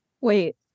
wait